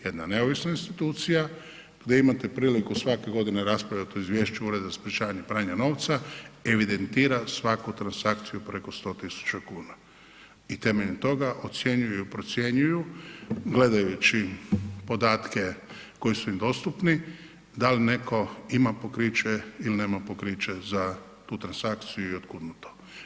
Jedna neovisna institucija, vi imate priliku svake godine raspravljati u izvješću Ureda za sprječavanje pranja novca, evidentirati svaki transakciju preko 100 tisuća kuna i temeljem toga, ocjenjuju i procjenjuju, gledajući podatke koji su im dostupni, da li netko ima pokriće ili nema pokriće za tu transakciju i otkud mu to.